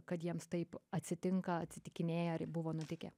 kad jiems taip atsitinka atsitikinėja ar buvo nutikę